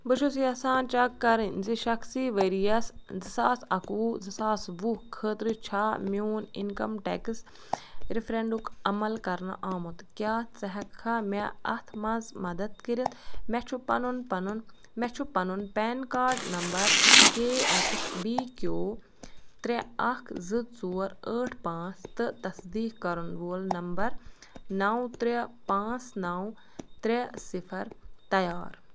بہٕ چھُس یژھان چَک کَرٕنۍ زِ شخصی ؤریَس زٕ ساس اَکہٕ وُہ زٕ ساس وُہ خٲطرٕ چھےٚ میون اِنکَم ٹٮ۪کٕس رِفرٮ۪نٛڈُک عمل کَرنہٕ آمُت کیٛاہ ژٕ ہٮ۪ککھا مےٚ اَتھ منٛز مدتھ کٔرِتھ مےٚ چھُ پَنُن پَنُن مےٚ چھُ پَنُن PAN card number K X B Q ترٛےٚ اَکھ زٕ ژور ٲٹھ پانٛژھ تہٕ تصدیٖق کَرَن وول نمبَر نَو ترٛےٚ پانٛژھ نَو ترٛےٚ صِفَر تیار